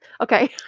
Okay